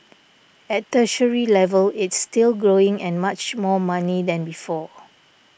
at tertiary level it's still growing and much more money than before